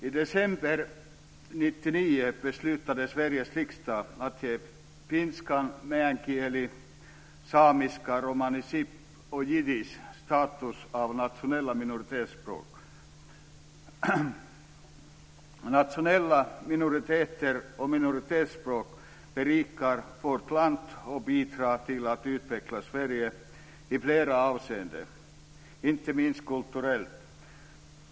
I december 1999 beslutade Sveriges riksdag att ge finskan, meänkieli, samiskan, romani chib och jiddisch status av nationella minoritetsspråk. Nationella minoriteter och minoritetsspråk berikar vårt land och bidrar till att utveckla Sverige i flera avseenden, inte minst kulturellt.